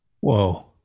Whoa